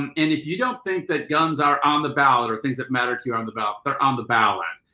and and if you don't think that guns are on the ballot or things that matter to you on the belt, they're on the ballot.